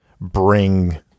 bring